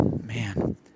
man